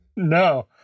No